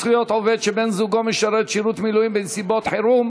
זכויות עובד שבן-זוגו משרת שירות מילואים בנסיבות חירום),